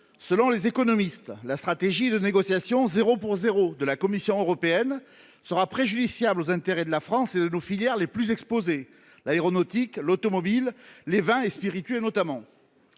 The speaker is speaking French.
Selon les économistes, la stratégie de négociation « zéro pour zéro » de la Commission européenne sera préjudiciable aux intérêts de la France et de nos filières les plus exposées : l’aéronautique, l’automobile, les vins et spiritueux notamment.